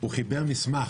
הוא חיבר מסמך.